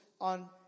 on